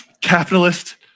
capitalist